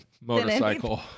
motorcycle